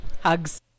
Hugs